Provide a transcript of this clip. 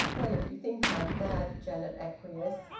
well, if you think like that, janet acquiesced.